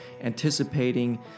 anticipating